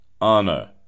honor